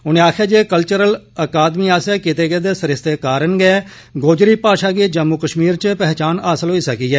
उनें आक्खेआ जे कलचर्ल अकादमी आस्सेआ कीते गेदे सरिस्ते कारण गै गोजरी भाषा गी जम्मू कश्मीर च पहचान हासल होई ऐ